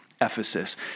Ephesus